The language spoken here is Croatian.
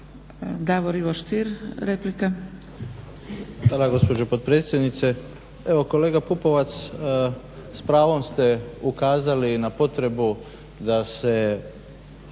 Davor Ivo Stier, replika.